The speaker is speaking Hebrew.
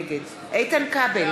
נגד איתן כבל,